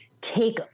take